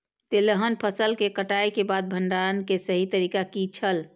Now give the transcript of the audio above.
तेलहन फसल के कटाई के बाद भंडारण के सही तरीका की छल?